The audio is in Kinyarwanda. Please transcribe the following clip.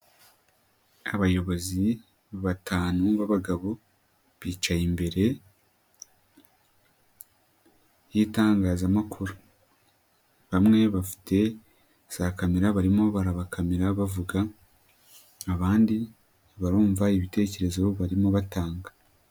Abayobozi batanu b'abagabo bicaye imbere y'itangazamakuru, bamwe bafite za kamera barimo barabakamera bavuga, abandi barumva ibitekerezo barimo batanga.